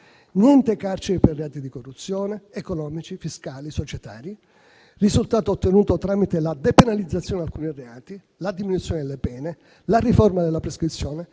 niente carcere per reati di corruzione, economici, fiscali, societari. Tale risultato fu ottenuto tramite la depenalizzazione di alcuni reati, la diminuzione delle pene, la riforma della prescrizione,